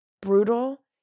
brutal